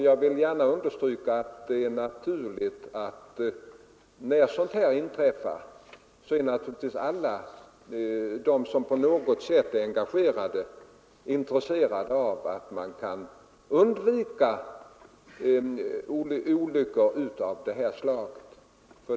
Jag vill gärna understryka att, när sådant här inträffar, alla de som på något sätt är engagerade naturligtvis också är intresserade av att motverka olyckor av detta slag.